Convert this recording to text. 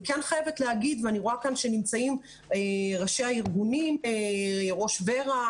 אני רואה שנמצאים ראשי הארגונים ראש ור"ה,